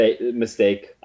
mistake